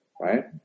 right